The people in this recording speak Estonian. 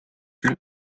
küll